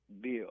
bill